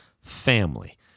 family